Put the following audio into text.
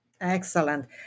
Excellent